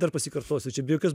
dar pasikartosiu čia be jokios